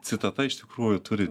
citata iš tikrųjų turi